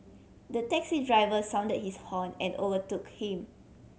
the taxi driver sounded his horn and overtook him